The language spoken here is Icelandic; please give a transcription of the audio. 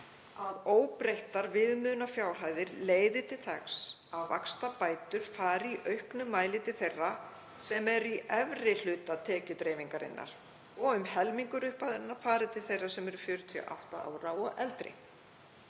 að óbreyttar viðmiðunarfjárhæðir leiði til þess að vaxtabætur fari í auknum mæli til þeirra sem eru í efri hluta tekjudreifingarinnar og um helmingur upphæðarinnar fari til þeirra sem eru 48 ára og eldri.